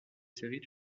série